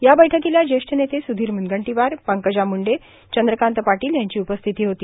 या बैठकीला ज्येष्ठ नेते सुधीर म्रुनगंटीवार पंकजा मुंडे चंद्रकांत पाटील यांची उपस्थिती होती